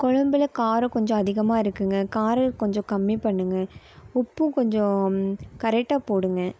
குழம்புல காரம் கொஞ்சம் அதிகமா இருக்குங்க காரம் கொஞ்சம் கம்மி பண்ணுங்க உப்பும் கொஞ்சம் கரெக்டாக போடுங்கள்